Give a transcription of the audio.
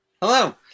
Hello